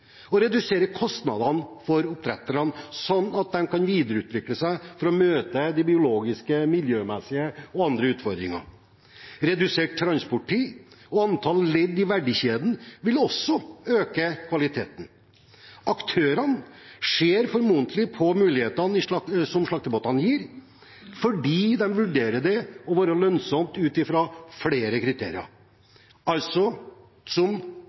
og redusere kostnadene for oppdretterne, slik at de kan videreutvikle seg for å møte biologiske, miljømessige og andre utfordringer. Redusert transporttid og antall ledd i verdikjeden vil også øke kvaliteten. Aktørene ser formodentlig på mulighetene som slaktebåtene gir, fordi de vurderer det som lønnsomt ut fra flere kriterier som